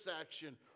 action